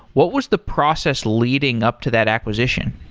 what was the process leading up to that acquisition?